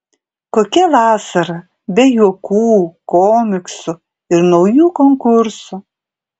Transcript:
kokia vasara be juokų komiksų ir naujų konkursų